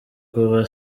kuva